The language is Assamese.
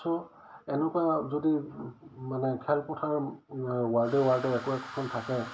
চ' এনেকুৱা যদি মানে খেলপথাৰ ৱাৰ্ডে ৱাৰ্ডে একো একোখন থাকে